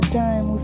time